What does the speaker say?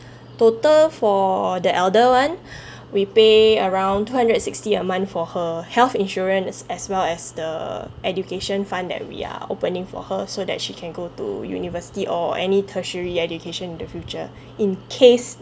total for the elder one we pay around two hundred sixty a month for her health insurance as as well as the education fund that we are opening for her so that she can go to university or any tertiary education in the future in case